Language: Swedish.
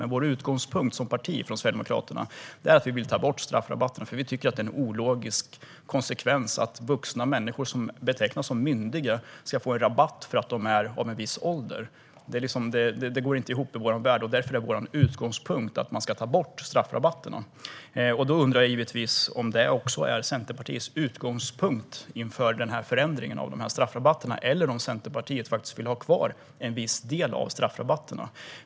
Men Sverigedemokraternas utgångspunkt som parti är att vi vill ta bort straffrabatten, eftersom vi tycker att det är en ologisk konsekvens att vuxna människor som betecknas som myndiga ska få en rabatt för att de är i en viss ålder. Det går inte ihop i vår värld. Därför är vår utgångspunkt att man ska ta bort straffrabatterna. Då undrar jag givetvis om det också är Centerpartiets utgångspunkt inför förändringen av straffrabatterna, eller om Centerpartiet faktiskt vill ha kvar en viss del av straffrabatterna.